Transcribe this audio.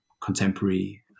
contemporary